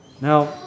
Now